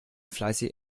fleißig